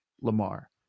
Lamar